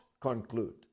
conclude